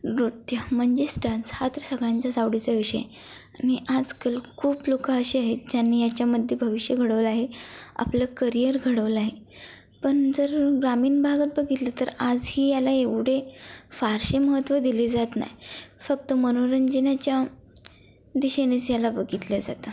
नृत्य म्हणजेच डान्स हा तर सगळ्यांच्याच आवडीचा विषय आणि आजकाल खूप लोक असे आहेत ज्यांनी याच्यामध्ये भविष्य घडवलं आहे आपलं करियर घडवलं आहे पण जर ग्रामीण भागात बघितलं तर आजही याला एवढे फारसे महत्त्व दिले जात नाही फक्त मनोरंजनाच्या दिशेनेच याला बघितलं जातं